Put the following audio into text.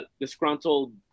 disgruntled